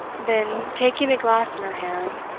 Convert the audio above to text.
then, taking a glass in her hand,